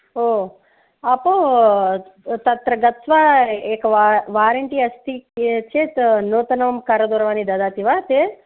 ओ आपो तत्र गत्वा एक वा वारण्टि अस्ति चेत् नूतनं करदूरवाणी ददाति वा ते